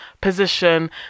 position